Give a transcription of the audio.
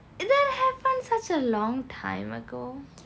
that happened such a long time ago